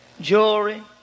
jewelry